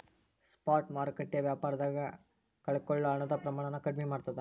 spot ಮಾರುಕಟ್ಟೆ ವ್ಯಾಪಾರದಾಗ ಕಳಕೊಳ್ಳೊ ಹಣದ ಪ್ರಮಾಣನ ಕಡ್ಮಿ ಮಾಡ್ತದ